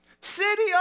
City